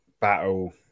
battle